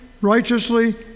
righteously